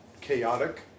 chaotic